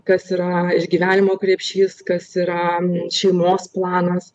kas yra išgyvenimo krepšys kas yra šeimos planas